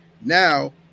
now